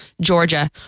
Georgia